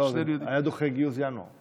לא, זה היה דוחה את גיוס ינואר.